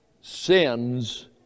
sins